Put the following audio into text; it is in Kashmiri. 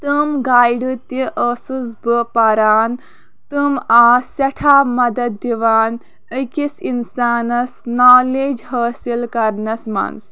تِم گایڈٕ تہِ ٲسٕس بہٕ پَران تِم آسہٕ سٮ۪ٹھاہ مدد دِوان أکِس اِنسانَس نالیج حٲصِل کرنَس منٛز